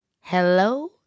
Hello